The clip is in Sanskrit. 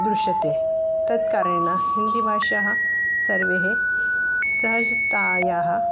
दृश्यते तत्कारेण हिन्दीभाषा सर्वे सहजतया